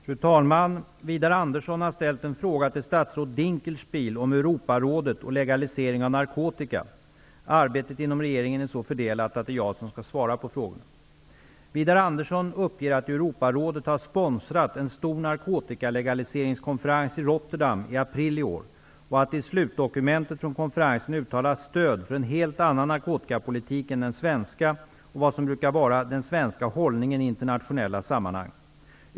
Fru talman! Widar Andersson har ställt en fråga till statsrådet Dinkelspiel om Europarådet och legalisering av narkotika. Arbetet inom regeringen är så fördelat att det är jag som skall svara på frågorna. Widar Andersson uppger att Europarådet har sponsrat en stor narkotikalegaliseringskonferens i Rotterdam i april i år och att det i slutdokumentet från konferensen uttalas stöd för en helt annan narkotikapolitik än den svenska och vad som brukar vara den svenska hållningen i internationella sammanhang.